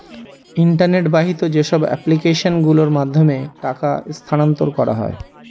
internet বাহিত যেসব application গুলোর মাধ্যমে টাকা স্থানান্তর করা হয়